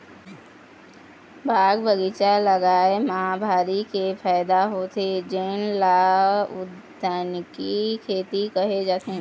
बाग बगीचा लगाए म भारी के फायदा होथे जेन ल उद्यानिकी खेती केहे जाथे